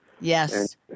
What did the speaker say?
Yes